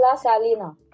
salina